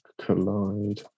collide